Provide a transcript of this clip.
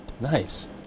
Nice